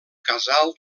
casal